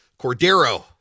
Cordero